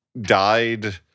died